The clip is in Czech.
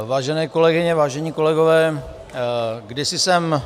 Vážené kolegyně, vážení kolegové, kdysi jsem...